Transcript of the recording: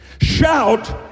shout